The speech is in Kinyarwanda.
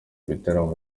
bitaramo